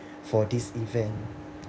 for this event